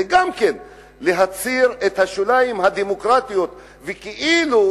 זה גם כן להצר את השוליים הדמוקרטיים וכאילו